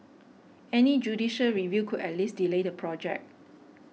any judicial review could at least delay the project